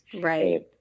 right